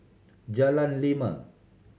Jalan Lima